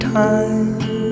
time